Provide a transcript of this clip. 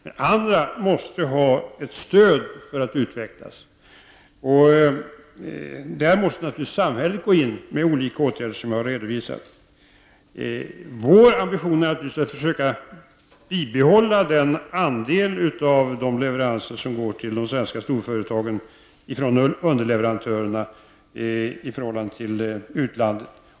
Men andra måste ha ett stöd för att utvecklas, och då måste samhället gå in med olika åtgärder, som jag har redovisat. Vår ambition är naturligtvis att försöka bibehålla, och helst förstärka, andelen leveranser till de svenska storföretagen från underleverantörerna i förhållande till utlandet.